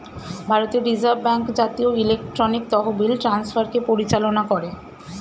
ভারতের reserve bank জাতীয় electronic তহবিল ট্রান্সফারকে পরিচালনা করে